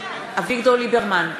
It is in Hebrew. אביגדור ליברמן,